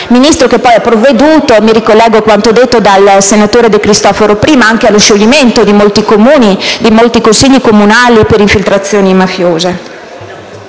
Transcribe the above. Ministro ha poi provveduto - mi ricollego a quanto detto prima dal senatore De Cristofaro - anche allo scioglimento di molti Comuni e consigli comunali per infiltrazioni mafiose.